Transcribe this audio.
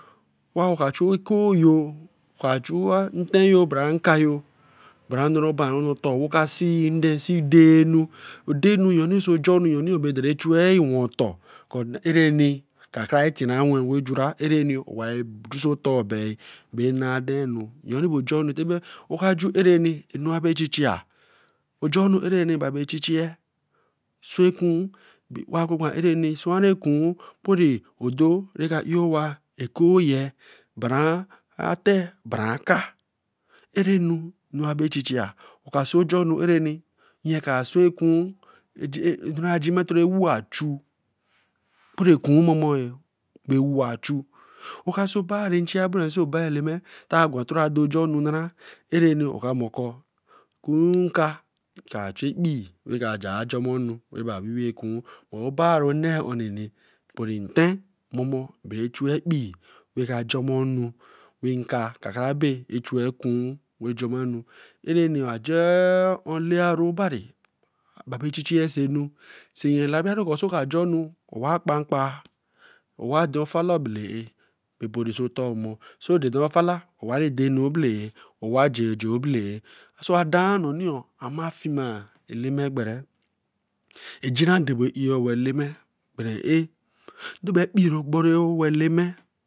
Wa aowe ka chu ekoyo ka jua nte yo bra nka yo. bra nne ba otor oka see nden see dainu. odenu noni sai ojunu. kra churi bun otor. odo ra ka eyeh owa bran atech bra akah teenu na bre chi chia. a so j onu areni. nye kra sow okun dare jima to woa achu. Ta gwaran otor do jo nu bra. eranu oka mo kob kuru nka kara chu ekpii. arani aje olaoru obari babare chi chi ye sai nu alaebiye koh so bra ju nu. onwa akpanpa owa ado fala brea daenu obelea wa jeje oblea. so wa dan nonee oo. wa fimi gbere ajinra dore eyeh owa eleme bere ah